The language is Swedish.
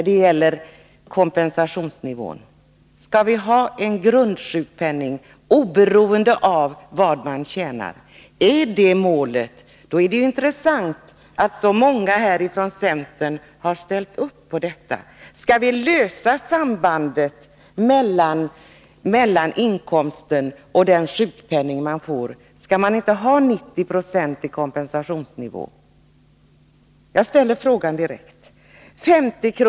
Skall vi alltså ha samma grundsjukpenning, oberoende av vad vi tjänar? Är det målet, är det intressant att så många från centern här har ställt upp för detta. Skall ni lösa upp sambandet mellan inkomsten och den sjukpenning som man får och avskaffa den 90-procentiga kompensationsnivån? Jag ställer frågan direkt. 50 kr.